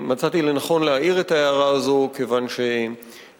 מצאתי לנכון להעיר את ההערה הזאת כיוון שגם